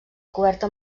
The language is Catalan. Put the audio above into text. coberta